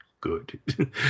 good